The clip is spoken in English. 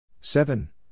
seven